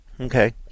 Okay